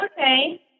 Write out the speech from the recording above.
Okay